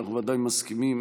אנחנו ודאי מסכימים,